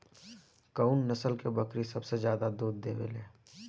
कउन नस्ल के बकरी सबसे ज्यादा दूध देवे लें?